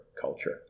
culture